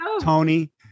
Tony